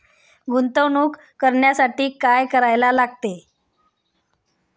गुंतवणूक करण्यासाठी काय करायला लागते?